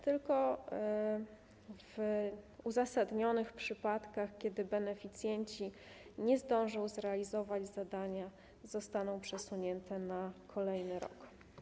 Tylko w uzasadnionych przypadkach, kiedy beneficjenci nie zdążą zrealizować zadania, środki zostaną przesunięte na kolejny rok.